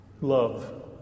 Love